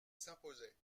s’imposaient